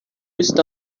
está